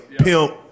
pimp